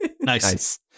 Nice